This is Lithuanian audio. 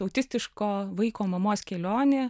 autistiško vaiko mamos kelionė